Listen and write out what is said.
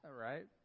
right